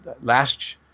Last